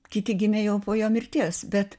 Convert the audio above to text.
kiti gimė jau po jo mirties bet